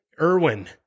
Irwin